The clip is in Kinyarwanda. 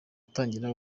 atangira